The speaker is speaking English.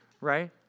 right